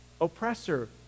oppressor